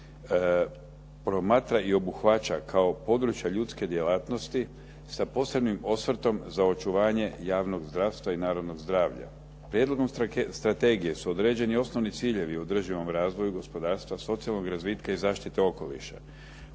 promatra i obuhvaća kao područje ljudske djelatnosti sa posebnim osvrtom za očuvanje javnog zdravstva i narodnog zdravlja. Prijedlogom strategije su određeni osnovni ciljevi u održivom razvoju gospodarstva, socijalnog razvitka i zaštite okoliša.